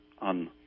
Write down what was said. on